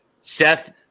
Seth